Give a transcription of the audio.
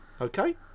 Okay